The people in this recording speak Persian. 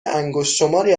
انگشتشماری